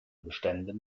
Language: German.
beständen